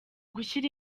gushyira